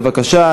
בבקשה.